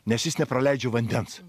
nes jis nepraleidžia vandens